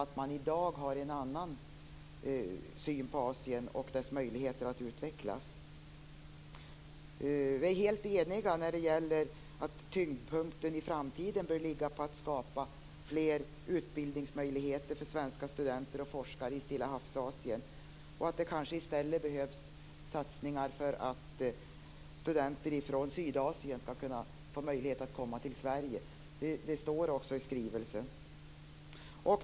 I dag har man en annan syn på Asien och dess möjligheter att utvecklas. Vi är helt eniga om att tyngdpunkten i framtiden bör ligga på att skapa fler utbildningsmöjligheter för svenska studenter och forskare i Stillahavsasien. Det behövs också satsningar för att studenter från Sydasien skall kunna få möjlighet att komma till Sverige, vilket också står i skrivelsen.